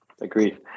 agreed